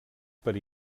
per